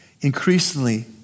Increasingly